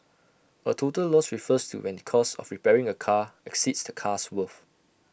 A total loss refers to when the cost of repairing A car exceeds the car's worth